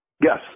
Yes